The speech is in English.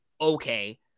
okay